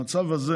המצב הזה